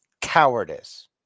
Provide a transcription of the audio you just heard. Cowardice